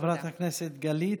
תודה, חברת הכנסת גלית